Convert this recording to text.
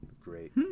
Great